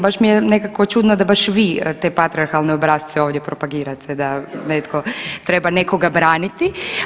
Baš mi je nekako čudno da baš vi te patrijarhalne obrasce ovdje propagirate da netko treba nekoga braniti.